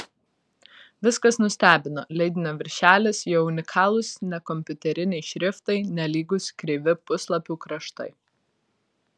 viskas nustebino leidinio viršelis jo unikalūs nekompiuteriniai šriftai nelygūs kreivi puslapių kraštai